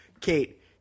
Kate